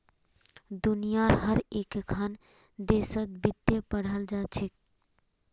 दुनियार हर एकखन देशत वित्त पढ़ाल जा छेक